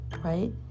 right